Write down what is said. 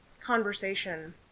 conversation